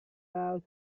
out